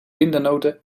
pindanoten